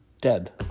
dead